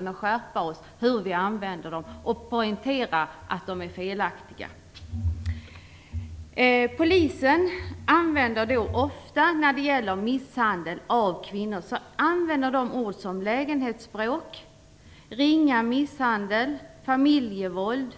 Vi måste skärpa oss när det gäller hur vi använder dem och poängtera att de är felaktiga. Polisen använder ofta ord som "lägenhetsbråk", "ringa misshandel" och "familjevåld"